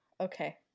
okay